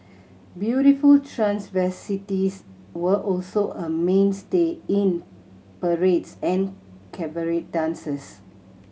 beautiful transvestites were also a mainstay in parades and cabaret dances